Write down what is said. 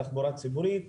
תחבורה ציבורית,